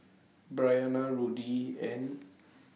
Bryana Rudy and